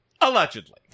Allegedly